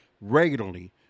regularly